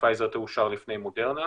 בפרסום